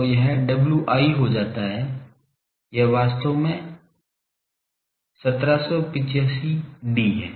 तो यह Wi हो जाता है यह वास्तव में 1785 डी है